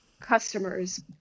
customers